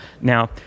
Now